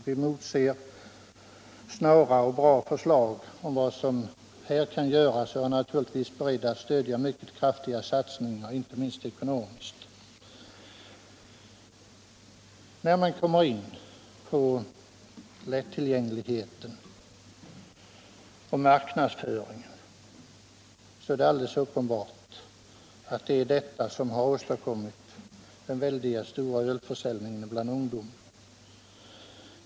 Vi motser snara och goda förslag om vad som här kan göras och är givetvis beredda att stödja mycket kraftiga satsningar, inte minst ekonomiskt. När man kommer in på lättillgängligheten och marknadsföringen, är det alldeles uppenbart att det är detta som har åstadkommit den väldigt stora ölförsäljningen till ungdomen.